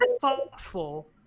thoughtful